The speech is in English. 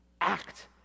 Act